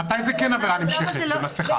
מתי זה כן עבירה נמשכת בעניין מסכה?